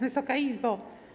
Wysoka Izbo!